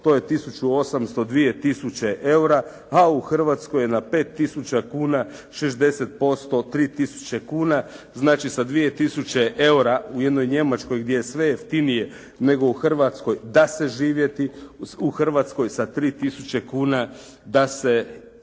to je 1800, 2000 eura a u Hrvatskoj je na 5000 kuna 60% 3000 kuna. Znači, sa 2000 eura u jednoj Njemačkoj gdje je sve jeftinije nego u Hrvatskoj da se živjeti. U Hrvatskoj sa 3000 kuna da se